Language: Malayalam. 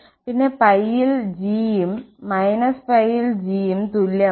പിന്നെ π ൽ g ഉം −π ൽ g ഉം തുല്യമാണ്